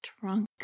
trunk